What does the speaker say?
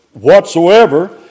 whatsoever